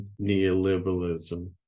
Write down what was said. neoliberalism